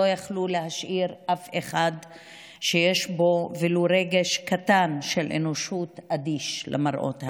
לא יכלו להשאיר אף אחד שיש בו ולו רגש קטן של אנושיות אדיש למראות האלה.